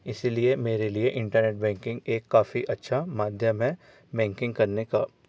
इसलिए मेरे लिए इंटरनेट बैंकिंग एक काफ़ी अच्छा माध्यम है बैंकिंग करने का